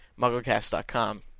MuggleCast.com